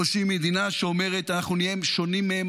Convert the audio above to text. או שהיא מדינה שאומרת: אנחנו נהיה שונים מהם,